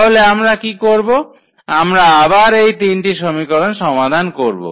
তাহলে আমরা কি করব আমরা আবার এই তিনটি সমীকরণ সমাধান করব